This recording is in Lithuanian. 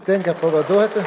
tenka pavaduoti